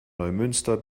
neumünster